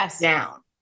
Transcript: down